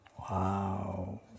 Wow